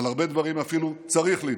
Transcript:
על הרבה דברים אפילו צריך להתווכח,